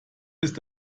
ist